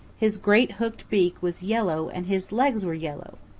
his great hooked beak was yellow and his legs were yellow.